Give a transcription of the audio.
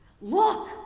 Look